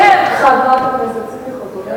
חברת הכנסת ציפי חוטובלי,